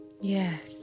Yes